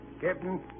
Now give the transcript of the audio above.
Captain